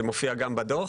זה מופיע גם בדוח.